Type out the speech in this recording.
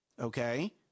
Okay